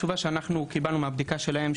התשובה שאנחנו קיבלנו מהבדיקה שלהם,